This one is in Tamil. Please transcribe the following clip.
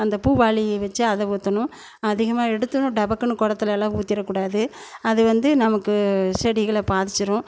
அந்த பூ வாளியை வெச்சு அதை ஊற்றணும் அதிகமாக எடுத்தும் டபக்குன்னு குடத்துலேலாம் ஊற்றிறக்கூடாது அது வந்து நமக்கு செடிகளை பாதிச்சிடும்